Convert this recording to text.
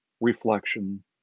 reflection